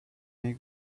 many